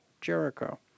Jericho